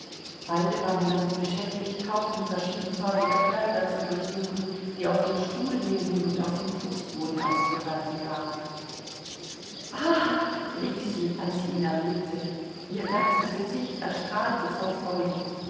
beide waren damit beschäftigt haufen verschiedenfarbiger kleider zu durchsuchen die auf den stuhllehnen und auf dem fußboden ausgebreitet lagen ah rief sie als sie ihn erblickte ihr ganzes gesicht erstrahlte vor freude